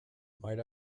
might